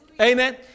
Amen